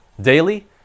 Daily